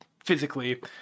Physically